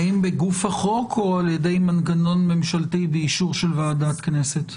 האם בגוף החוק או על ידי מנגנון ממשלתי ואישור של ועדת כנסת?